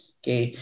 okay